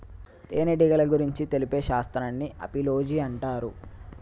తేనెటీగల గురించి తెలిపే శాస్త్రాన్ని ఆపిలోజి అంటారు